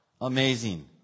Amazing